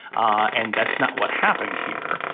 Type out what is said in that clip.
and that's not what happened here.